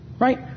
Right